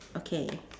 okay